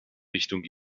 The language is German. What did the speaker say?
richtung